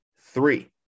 three